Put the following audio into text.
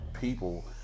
people